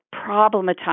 problematize